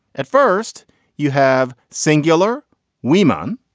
at first you have singular woman.